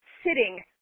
sitting